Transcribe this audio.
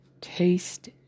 Taste